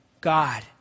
God